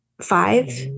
Five